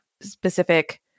specific